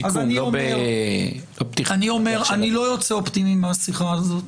אומר, אני לא יוצא אופטימי מהשיחה הזאת